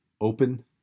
open